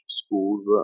schools